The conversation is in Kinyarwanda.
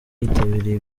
yitabiriye